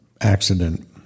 accident